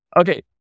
Okay